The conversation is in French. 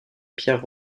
pierre